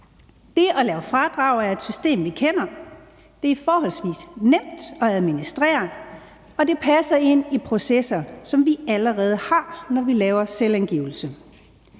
Det at lave fradrag er et system, vi kender. Det er forholdsvis nemt at administrere, og det passer ind i processer, som vi allerede har, når vi laver selvangivelse.